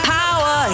power